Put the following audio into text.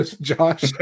Josh